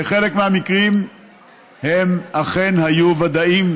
וחלק מהמקרים הם אכן היו ודאיים.